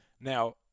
Now